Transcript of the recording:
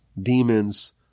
demons